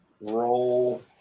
roll